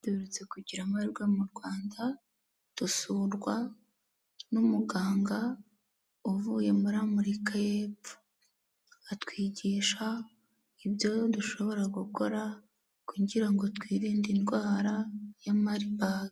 Duherutse kugira amahirwe mu Rwanda dusurwa n'umuganga uvuye muri Afurika y'epfo, atwigisha ibyo dushobora gukora kugira ngo twirinde indwara ya Marburg.